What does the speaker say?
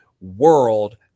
world